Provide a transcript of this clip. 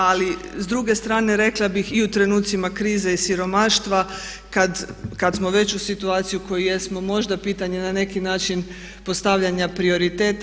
Ali s druge strane rekla bih i u trenucima krize i siromaštva kad smo već u situaciji u kojoj jesmo, možda pitanje na neki način postavljanja prioriteta.